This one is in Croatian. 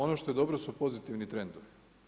Ono što je dobro su pozitivni trendovi.